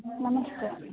ನಮಸ್ತೆ